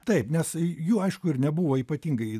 taip nes jų aišku ir nebuvo ypatingai